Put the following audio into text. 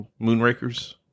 Moonrakers